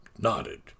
Nodded